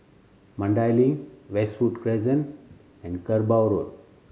Mandai Link Westwood Crescent and Kerbau Road